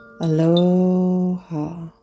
Aloha